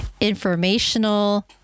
informational